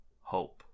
hope